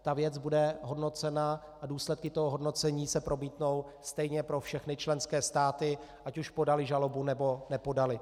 Ta věc bude hodnocena a důsledky toho hodnocení se promítnou stejně pro všechny členské státy, ať už podaly žalobu, nebo nepodaly.